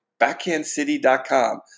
BackhandCity.com